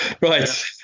right